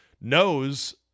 knows